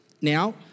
Now